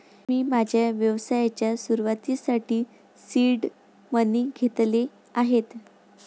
मी माझ्या व्यवसायाच्या सुरुवातीसाठी सीड मनी घेतले आहेत